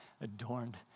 adorned